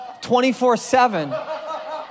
24-7